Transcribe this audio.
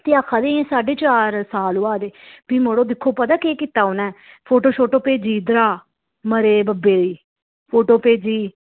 ते आक्खा दे अजें साड्डे चार साल होआ दे भी मड़ो दिक्खो पता केह् कीता उ'नें फोटो शोटो भेजी इद्धरां मरे दे बब्बै दी फोटो भेजी